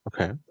Okay